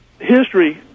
history